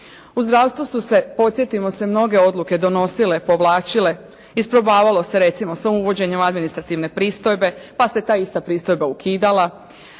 U zdravstvu su se, podsjetimo se mnoge odluke donosile, povlačile, isprobavalo se recimo sa uvođenjem administrativne pristojbe, pa se ta ista pristojba ukidala.